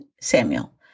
Samuel